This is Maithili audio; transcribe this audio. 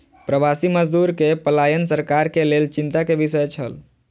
प्रवासी मजदूर के पलायन सरकार के लेल चिंता के विषय छल